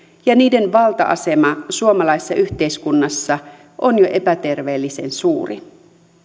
ja niiden valta asema suomalaisessa yhteiskunnassa on jo epäterveellisen suuri